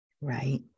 Right